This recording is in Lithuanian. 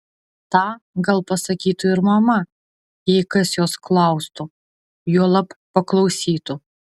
tą gal pasakytų ir mama jei kas jos klaustų juolab paklausytų